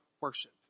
worship